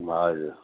मां